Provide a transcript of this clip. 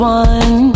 one